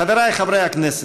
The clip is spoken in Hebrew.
חבריי חברי הכנסת,